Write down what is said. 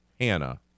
Hannah